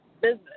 business